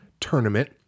tournament